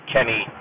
Kenny